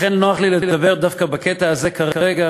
לכן נוח לי לדבר דווקא בקטע הזה כרגע